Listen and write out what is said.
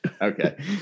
Okay